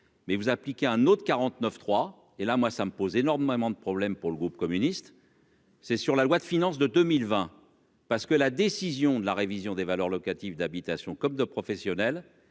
mais vous appliquez un autre 49 3 et là, moi, ça me pose énormément de problèmes pour le groupe communiste. C'est sur la loi de finances de 2020, parce que la décision de la révision des valeurs locatives d'habitation comme de professionnels